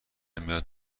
میاد